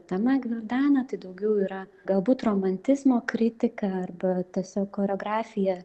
temą gvildena tai daugiau yra galbūt romantizmo kritika arba tiesiog choreografija